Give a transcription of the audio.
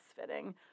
fitting